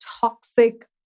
toxic